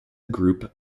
group